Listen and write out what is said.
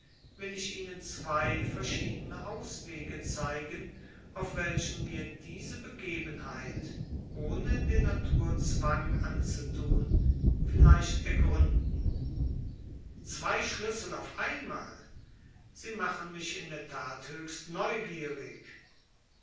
will ich ihnen zwei verschiedene auswege zeigen auf welchen wir diese begebenheit ohne der natur zwang anzutun vielleicht ergründen zwei schlüssel auf einmal sie machen mich in der tat höchst neugierig